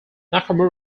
nakamura